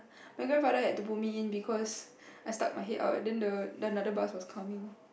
my grandfather had to pull me in because I stuck my head out and then the and then another bus was coming